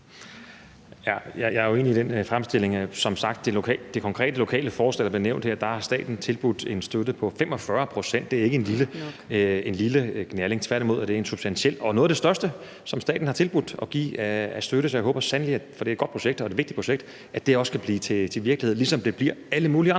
forbindelse med det konkrete lokale forslag, der bliver nævnt her, tilbudt en støtte på 45 pct. Det er ikke en lille gnalling. Tværtimod er det en substantiel del og noget af det største, som staten har tilbudt at give som støtte. Så jeg håber sandelig – for det er et godt projekt og et vigtigt projekt – at det også kan blive til virkelighed, ligesom det bliver alle mulige andre